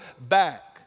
back